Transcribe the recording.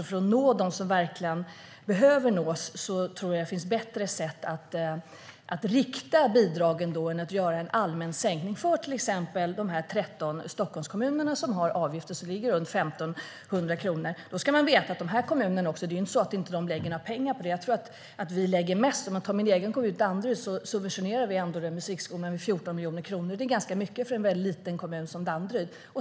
För att nå dem som verkligen behöver nås tror jag att det finns bättre sätt att rikta bidragen än att göra en allmän sänkning för till exempel de 13 Stockholmskommuner som har avgifter som ligger runt 1 500 kronor. Då ska man veta att det inte är så att de här kommunerna inte lägger några pengar på detta. Jag tror att min egen kommun Danderyd subventionerar musikskolan med 14 miljoner. Det är ganska mycket för en liten kommun som Danderyd.